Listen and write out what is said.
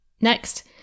Next